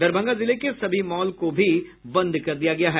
दरभंगा जिले के सभी मॉल को भी बंद कर दिया गया है